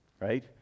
right